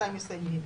מתי מסתיימים.